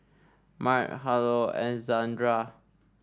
Mart Harlow and Zandra